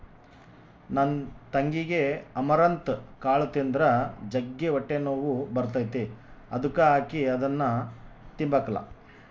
ನನ್ ತಂಗಿಗೆ ಅಮರಂತ್ ಕಾಳು ತಿಂದ್ರ ಜಗ್ಗಿ ಹೊಟ್ಟೆನೋವು ಬರ್ತತೆ ಅದುಕ ಆಕಿ ಅದುನ್ನ ತಿಂಬಕಲ್ಲ